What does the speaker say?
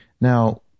Now